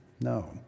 No